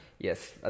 Yes